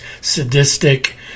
sadistic